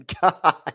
God